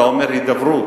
אתה אומר הידברות,